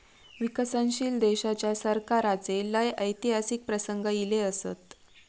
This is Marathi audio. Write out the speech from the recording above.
विकसनशील देशाच्या सरकाराचे लय ऐतिहासिक प्रसंग ईले असत